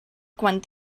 quan